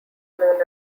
known